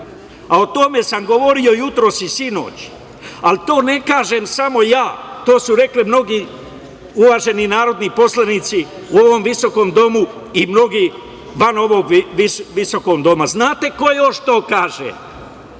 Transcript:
a o tome sam govorio jutros i sinoć, ali to ne kažem samo ja. To su rekli mnogi uvaženi narodni poslanici u ovom visokom domu i mnogi van ovog visokog doma. Znate ko još to kaže?